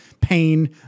pain